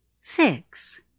Six